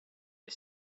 you